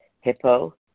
hippo